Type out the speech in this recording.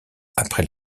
après